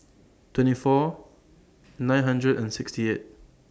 twenty four nine hundred and sixty eight